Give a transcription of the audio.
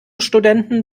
studenten